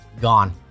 Gone